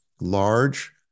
large